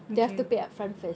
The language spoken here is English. okay